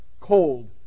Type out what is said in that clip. cold